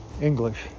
English